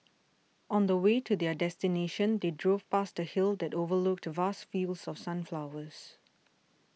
on the way to their destination they drove past a hill that overlooked vast fields of sunflowers